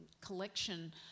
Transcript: collection